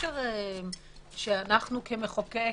אי-אפשר שאנחנו כמחוקקת,